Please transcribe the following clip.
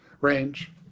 Range